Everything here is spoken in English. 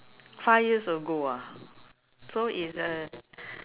five years ago ah so it's a